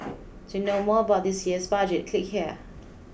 to know more about this year's budget click here